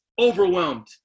overwhelmed